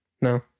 No